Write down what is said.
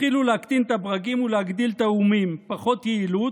התחילו להקטין את הברגים ולהגדיל את האומים פחות יעילות,